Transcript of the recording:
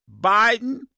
Biden